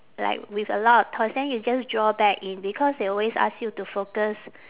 like with a lot of thoughts then you just draw back in because they always ask you to focus